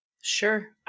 Sure